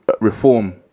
reform